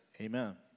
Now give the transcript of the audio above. Amen